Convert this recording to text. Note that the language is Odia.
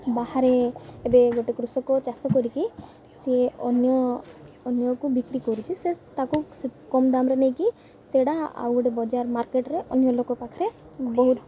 ବାହାରେ ଏବେ ଗୋଟେ କୃଷକ ଚାଷ କରିକି ସିଏ ଅନ୍ୟ ଅନ୍ୟକୁ ବିକ୍ରି କରୁଛି ସେ ତାକୁ ସେ କମ୍ ଦାମ୍ରେ ନେଇକି ସେଟା ଆଉ ଗୋଟେ ବଜାର ମାର୍କେଟ୍ରେ ଅନ୍ୟ ଲୋକ ପାଖରେ ବହୁତ